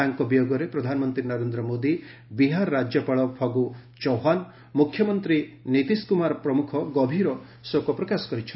ତାଙ୍କ ବିୟୋଗରେ ପ୍ରଧାନମନ୍ତ୍ରୀ ନରେନ୍ଦ୍ର ମୋଦି ବିହାର ରାଜ୍ୟପାଳ ଫଗ୍ର ଚୌହ୍ବାନ ମୁଖ୍ୟମନ୍ତ୍ରୀ ନୀତିଶ କୁମାର ଗଭୀର ଶୋକପ୍ରକାଶ କରିଛନ୍ତି